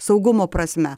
saugumo prasme